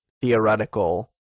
theoretical